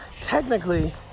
technically